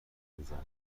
روزانه